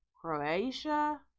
Croatia